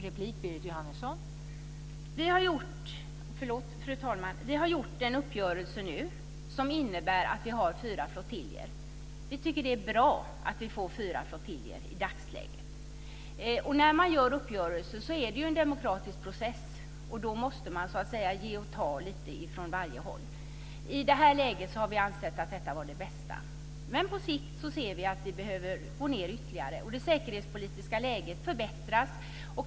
Fru talman! Vi har nu gjort en uppgörelse som innebär att vi har fyra flottiljer. Vi tycker att det är bra att vi får fyra flottiljer i dagsläget. När man gör uppgörelser är det en demokratisk process. Då måste man ge och ta lite från varje håll. I det här läget har vi ansett att detta var det bästa. Men på sikt ser vi att vi behöver gå ned ytterligare. Det säkerhetspolitiska läget förbättras.